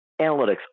analytics